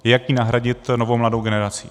Jak ji nahradit novou mladou generací.